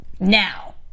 Now